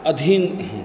अधीन हैं